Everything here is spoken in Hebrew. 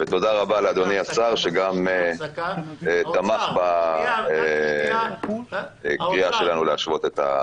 ותודה רבה גם לאדוני השר שתמך בקריאה שלנו להשוות את הדברים.